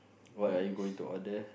what are you going to order